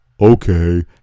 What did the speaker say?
Okay